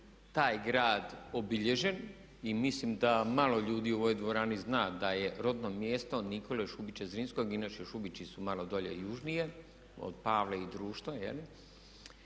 taj grad obilježen i mislim da malo ljudi u ovoj dvorani zna da je rodno mjesto Nikole Šubića Zrinskog inače Šubići su malo dolje južnije od …/Govornik